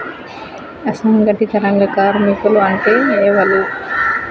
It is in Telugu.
అసంఘటిత రంగ కార్మికులు అంటే ఎవలూ?